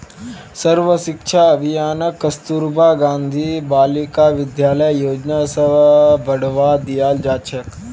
सर्व शिक्षा अभियानक कस्तूरबा गांधी बालिका विद्यालय योजना स बढ़वा दियाल जा छेक